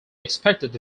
expected